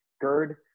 GERD